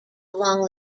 along